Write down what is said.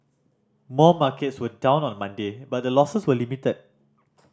most markets were down on Monday but the losses were limited